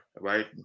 right